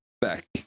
Back